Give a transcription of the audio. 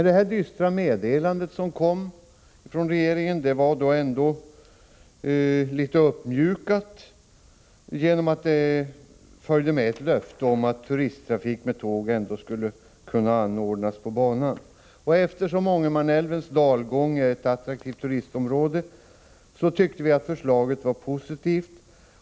Det här dystra meddelandet från regeringen var emellertid något uppmjukat genom att det också fanns med ett löfte om att turisttrafik med tåg ändå skulle kunna anordnas på denna bana. Ångermanälvens dalgång är ett attraktivt turistområde, och därför tyckte vi att förslaget var positivt.